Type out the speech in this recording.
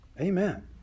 Amen